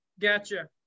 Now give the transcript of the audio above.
gotcha